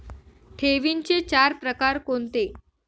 ठेवींचे चार प्रकार कोणते?